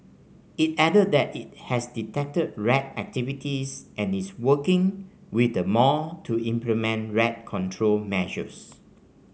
it added that it has detected rat activities and is working with the mall to implement rat control measures